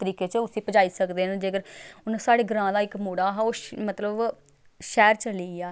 तरीके च उसी पजाई सकदे न जेकर हून साढ़े ग्रांऽ दा इक मुड़ा हा ओह् मतलब शैह्र चली गेआ